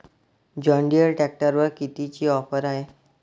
John Deere ट्रॅक्टरवर कितीची offer हाये?